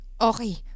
Okay